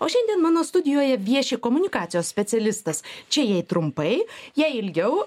o šiandien mano studijoje vieši komunikacijos specialistas čia jei trumpai jei ilgiau